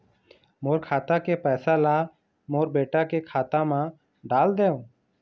मोर खाता के पैसा ला मोर बेटा के खाता मा डाल देव?